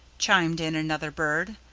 chimed in another bird,